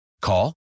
Call